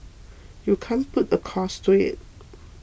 you can't put a cost to it